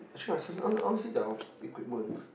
sure I see see I want I want to see their equipment